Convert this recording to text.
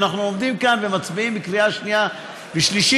אנחנו עומדים כאן ומצביעים בקריאה שנייה ושלישית,